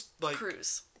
cruise